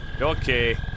Okay